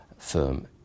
firm